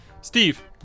Steve